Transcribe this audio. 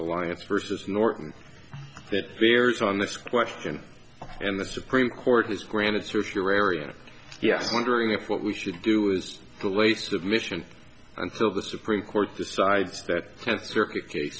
alliance versus norton that varies on this question and the supreme court has granted through your area yes wondering if what we should do is to lay submission until the supreme court decides that that circuit case